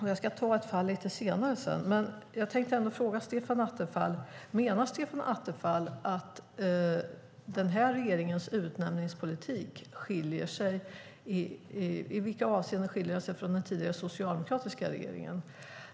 I vilka avseenden menar Stefan Attefall att den här regeringens utnämningspolitik skiljer sig från den tidigare socialdemokratiska regeringens?